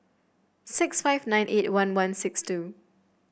six five nine eight one one six two